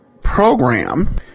program